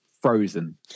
frozen